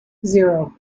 zero